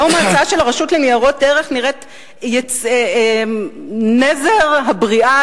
היום ההצעה של הרשות לניירות ערך נראית נזר הבריאה